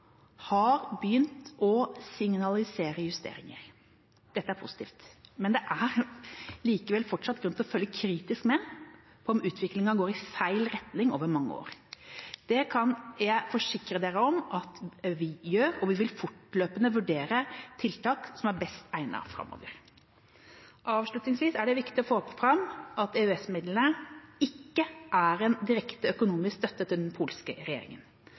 har begynt å signalisere justeringer. Dette er positivt, men det er likevel fortsatt grunn til å følge kritisk med på om utviklingen går i feil retning over mange år. Det kan jeg forsikre om at vi gjør, og vi vil fortløpende vurdere hvilke tiltak som er best egnet framover. Avslutningsvis er det viktig å få fram at EØS-midlene ikke er en direkte økonomisk støtte til den polske